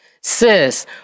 Sis